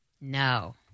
No